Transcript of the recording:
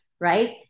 right